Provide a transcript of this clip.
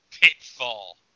Pitfall